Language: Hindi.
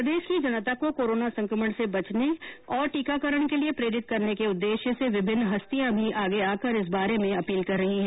प्रदेश की जनता को कोरोना संक्रमण से बचने और टीकाकरण के लिए प्रेरित करने के उद्देश्य से विभिन्न हस्तियां भी आगे आकर इस बारे में अपील कर रही है